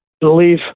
believe